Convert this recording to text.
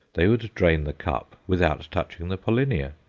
they would drain the cup without touching the pollinia.